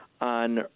on